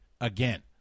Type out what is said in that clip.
again